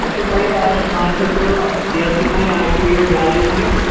تۄہہِ چھُو پَیی اَز چھُ مارکیٚٹ تھوڑا تیٖزی پہَم اَز چھِ ریٹ زیادے پہَم